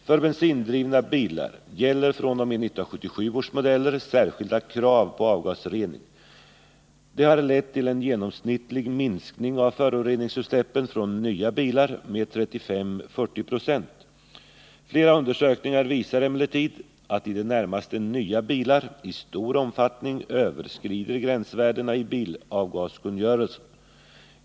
För bensindrivna bilar gäller fr.o.m. 1976 års modeller särskilda krav på avgasrening. De har lett till en genomsnittlig minskning av föroreningsutsläppen från nya bilar med 35-40 96. Flera undersöknigar visar emellertid att i det närmaste nya bilar i stor omfattning överskrider gränsvärdena i bilavgaskungörelsen.